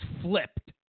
flipped